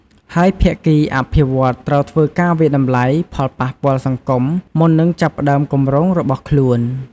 ហើយភាគីអភិវឌ្ឍត្រូវធ្វើការវាយតម្លៃផលប៉ះពាល់សង្គម មុននឹងចាប់ផ្ដើមគម្រោងរបស់ខ្លួន។